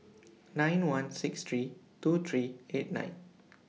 nine one six three two three eight nine